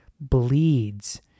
bleeds